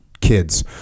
kids